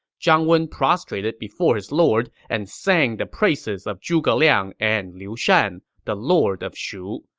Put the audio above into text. zhang wen prostrated before his lord and sang the praises of zhuge liang and liu shan, the lord of shu,